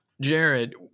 Jared